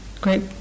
great